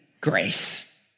grace